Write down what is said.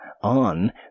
on